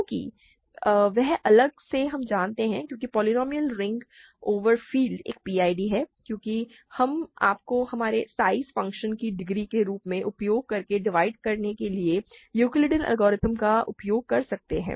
क्योंकि वह अलग से हम जानते हैं क्योंकि polynomial ring in one variable over field एक PID है क्योंकि हम आपको हमारे साइज फंक्शन को डिग्री के रूप में उपयोग करके डिवाइड करने के लिए यूक्लिडियन एल्गोरिदम का उपयोग कर सकते हैं